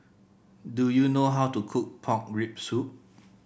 do you know how to cook Pork Rib Soup